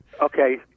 Okay